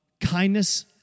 kindness